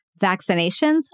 vaccinations